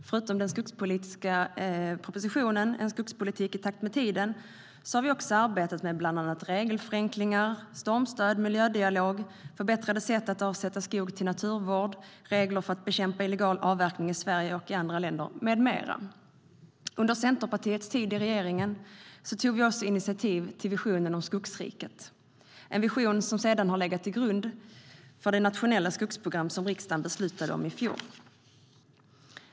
Förutom den skogspolitiska propositionen, En skogspolitik i takt med tidenUnder Centerpartiets tid i regeringen tog vi också initiativ till visionen om skogsriket, en vision som sedan har legat till grund för det nationella skogsprogram som riksdagen beslutade om i fjol.